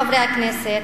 חברי הכנסת,